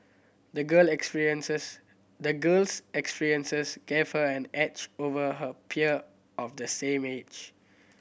the girl experiences the girl's experiences gave her an edge over her peer of the same age